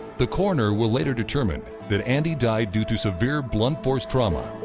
the coroner will later determine that andy died due to severe blunt force trauma,